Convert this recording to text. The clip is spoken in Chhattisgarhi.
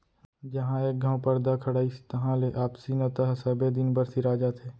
जहॉं एक घँव परदा खड़ाइस तहां ले आपसी नता ह सबे दिन बर सिरा जाथे